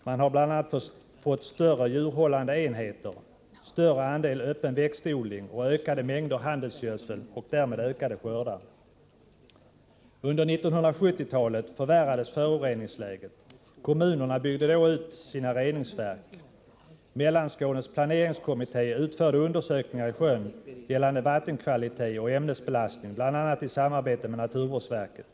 Man har bl.a. fått större djurhållande enheter, större andel öppen växtodling samt ökade mängder handelsgödsel och därmed större skördar. Under 1970-talet förvärrades föroreningsläget. Kommunerna byggde då ut sina reningsverk. Mellanskånes planeringskommitté utförde undersökningar i sjön gällande vattenkvalitet och ämnesbelastning, bl.a. i samarbete med naturvårdsverket.